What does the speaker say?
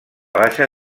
baixa